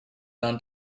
down